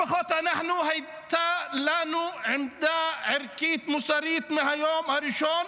לפחות לנו הייתה עמדה ערכית מוסרית מהיום הראשון,